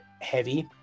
heavy